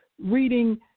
reading